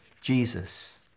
Jesus